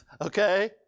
Okay